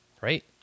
Right